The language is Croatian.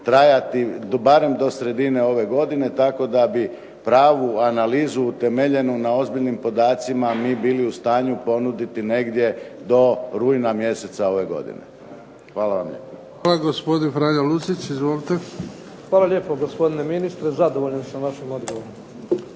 trajati barem do sredine ove godine, tako da bi pravu analizu utemeljenu na ozbiljnim podacima mi bili u stanju ponuditi negdje do rujna mjeseca ove godine. Hvala vam lijepa. **Bebić, Luka (HDZ)** Hvala. Gospodin Franjo Lucić. Izvolite. **Lucić, Franjo (HDZ)** Hvala lijepo gospodine ministre. Zadovoljavan sam vašim odgovorom.